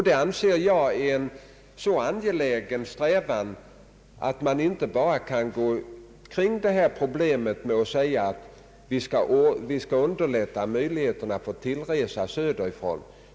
Detta är en så angelägen strävan att man inte bara kan kringgå proble met med att säga att vi skall underlätta möjligheterna för tillresa söderifrån.